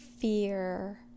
fear